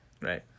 Right